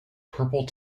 purple